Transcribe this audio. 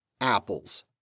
Apples